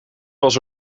was